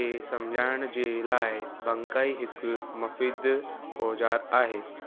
काटा खे समुझाइण जे लाइ बंकाई हिकु मफ़ीदु ओजारु आहे